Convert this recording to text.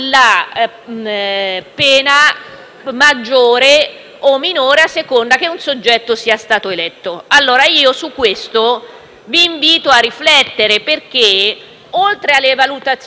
maggiore o minore a seconda che un soggetto sia stato eletto. Su questo vi invito a riflettere, perché, oltre alle valutazioni giustamente fatte dal collega